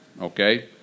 okay